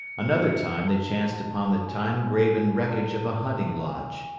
another time they chanced upon the time-graven wreckage of a hunting lodge,